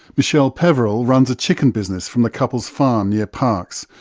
michele peverill runs a chicken business from the couple's farm near parkes,